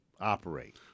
operate